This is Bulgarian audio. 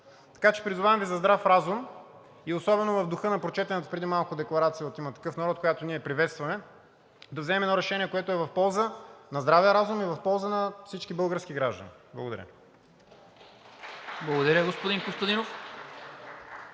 Така че призовавам Ви за здрав разум и особено в духа на прочетената преди малко декларация от „Има такъв народ“, която ние приветстваме, да вземем едно решение, което е в полза на здравия разум и в полза на всички български граждани. Благодаря. (Ръкопляскания от